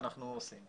אנחנו עושים.